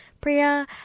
Priya